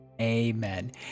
Amen